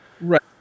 right